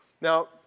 Now